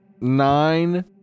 nine